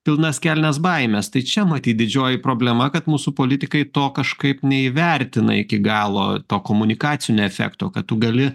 pilnas kelnes baimės tai čia matyt didžioji problema kad mūsų politikai to kažkaip neįvertina iki galo to komunikacinio efekto kad tu gali